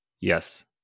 Yes